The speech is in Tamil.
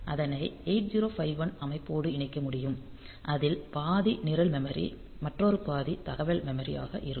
அதனை 8051 அமைப்போடு இணைக்க முடியும் அதில் பாதி நிரல் மெமரி மற்றொரு பாதி தகவல் மெமரி ஆக இருக்கும்